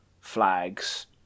flags